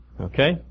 Okay